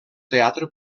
teatre